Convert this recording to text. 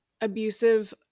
abusive